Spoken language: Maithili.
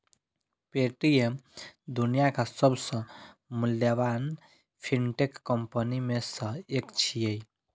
पे.टी.एम दुनियाक सबसं मूल्यवान फिनटेक कंपनी मे सं एक छियै